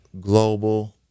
global